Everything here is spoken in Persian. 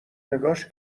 نگاش